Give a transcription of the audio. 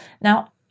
now